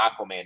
Aquaman